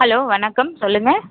hello வணக்கம் சொல்லுங்கள்